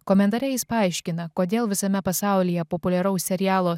komentare jis paaiškina kodėl visame pasaulyje populiaraus serialo